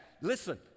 listen